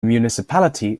municipality